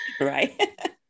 Right